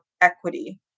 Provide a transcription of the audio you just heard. equity